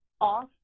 off